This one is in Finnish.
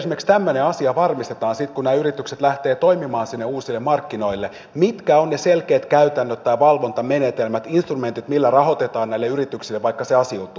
miten esimerkiksi tämmöinen asia varmistetaan sitten kun nämä yritykset lähtevät toimimaan sinne uusille markkinoille mitkä ovat ne selkeät käytännöt tai valvontamenetelmät instrumentit millä rahoitetaan näille yrityksille vaikka se asiantuntijuus